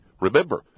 Remember